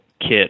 kit